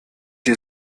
die